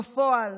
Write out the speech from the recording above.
בפועל,